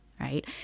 right